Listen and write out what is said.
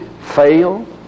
fail